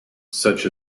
such